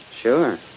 Sure